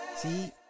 See